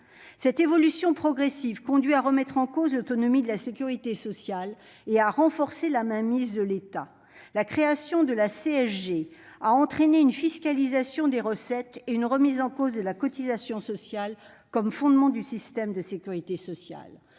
Cette évolution progressive conduit à remettre en cause l'autonomie de la sécurité sociale et à renforcer la mainmise de l'État. La création de la contribution sociale généralisée (CSG) a entraîné une fiscalisation des recettes et une remise en cause de la cotisation sociale comme fondement du système de sécurité sociale.